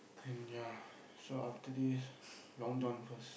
and ya so after this Long-John first